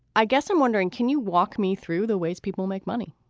i guess i'm wondering, can you walk me through the ways people make money?